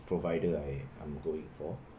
provider I I'm going for